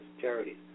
charities